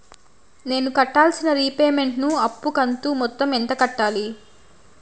నేను కట్టాల్సిన రీపేమెంట్ ను అప్పు కంతు మొత్తం ఎంత కట్టాలి?